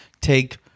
take